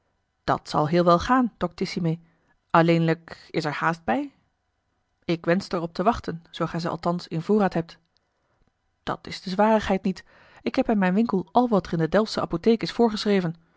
dat zal heel wel gaan doctissime alleenlijk is er haast bij ik wenschte er op te wachten zoo gij ze althans in voorraad hebt dat is de zwarigheid niet ik heb in mijn winkel al wat er in de delftsche apotheek is voorgeschreven